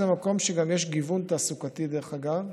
מח"ש זה מקום שגם יש בו גיוון תעסוקתי, דרך אגב,